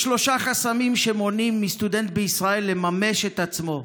יש שלושה חסמים שמונעים מסטודנטים בישראל לממש את עצמו: